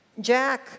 Jack